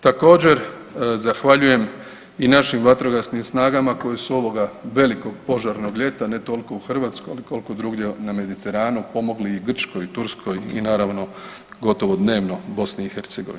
Također zahvaljujem i našim vatrogasnim snagama koji su ovoga velikog požarnog ljeta, ne toliko u Hrvatskoj, ali koliko drugdje na Mediteranu pomogli i Grčkoj i Turskoj i naravno gotovo dnevno BiH.